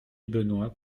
benoit